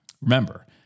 Remember